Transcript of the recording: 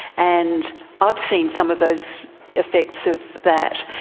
and i've seen some of those effects of that.